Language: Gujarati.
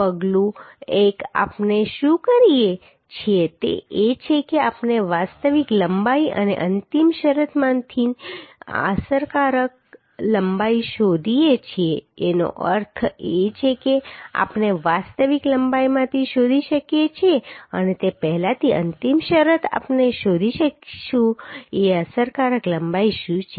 પગલું 1 આપણે શું કરીએ છીએ તે એ છે કે આપણે વાસ્તવિક લંબાઈ અને અંતિમ શરતમાંથી અસરકારક લંબાઈ શોધીએ છીએ જેનો અર્થ છે કે આપણે વાસ્તવિક લંબાઈમાંથી શોધી શકીએ છીએ અને તે પહેલાથી અંતિમ શરત આપણે શોધીશું કે અસરકારક લંબાઈ શું છે